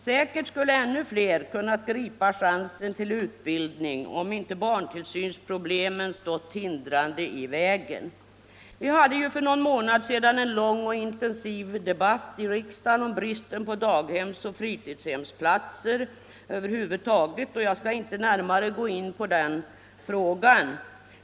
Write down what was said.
Säkert skulle ännu fler kunnat gripa chansen till utbildning, om inte barntillsynsproblemen stått hindrande i vägen. Vi hade ju för någon månad sedan en lång och intensiv debatt i riksdagen om bristen på daghemsoch fritidshemsplatser över huvud taget, och jag skall inte närmare gå in på den frågan.